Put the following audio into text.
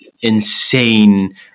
insane